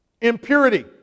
Impurity